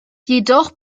jedoch